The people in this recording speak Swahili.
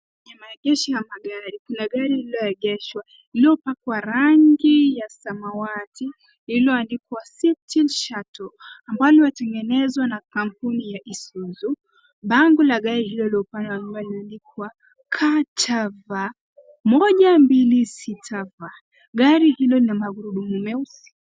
Ni maegesho ya magari, na gari lililoegeshwa iliyopakwa rangi ya samawati iliyoandikwa City Shuttle ambalo imetengenezwa na kampuni ya Isuzu. Bango la gari hiyo la upande ambalo limeandikwa KCV 126V. Gari hilo lina magurudumu meusi.